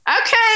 Okay